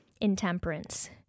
intemperance